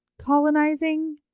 colonizing